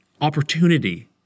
opportunity